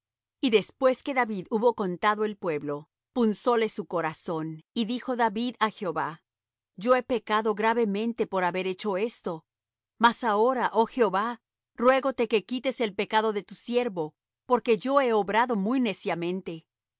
y después que david hubo contado el pueblo punzóle su corazón y dijo david á jehová yo he pecado gravemente por haber hecho esto mas ahora oh jehová ruégote que quites el pecado de tu siervo porque yo he obrado muy neciamente